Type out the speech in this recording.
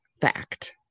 fact